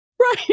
right